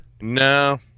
No